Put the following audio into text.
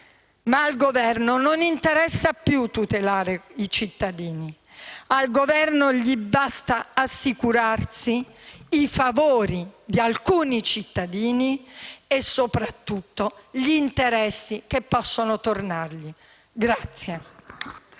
Ma al Governo non interessa più tutelare i cittadini. Al Governo basta assicurarsi i favori di alcuni cittadini e, soprattutto, gli interessi che possono tornargli.